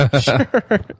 Sure